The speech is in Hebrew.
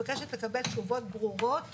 מבקשת לקבל תשובות ברורות